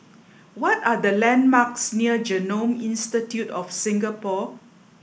what are the landmarks near Genome Institute of Singapore